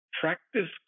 practice